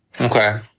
Okay